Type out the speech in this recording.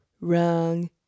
wrong